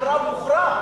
הקרב הוכרע.